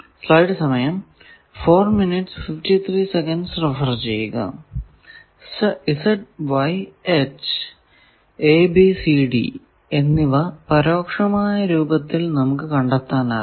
Z Y h a b c d എന്നിവ പരോക്ഷമായ രൂപത്തിൽ നമുക്കു കണ്ടെത്താനാകും